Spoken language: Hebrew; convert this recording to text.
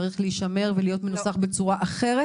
צריכים להישמר ולהיות מנוסחים בצורה אחרת?